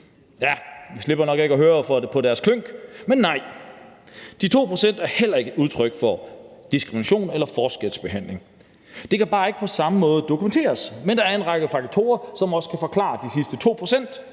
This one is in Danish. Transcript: Ja, vi slipper nok ikke for at høre på deres klynk. Men nej, de 2 pct. er heller ikke et udtryk for diskrimination eller en forskelsbehandling. Det kan bare ikke på samme måde dokumenteres, men der er en række faktorer, som også kan forklare de sidste 2 pct.